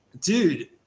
Dude